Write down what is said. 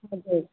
हजुर